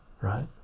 right